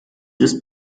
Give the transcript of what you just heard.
ist